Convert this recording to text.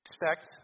Expect